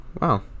Wow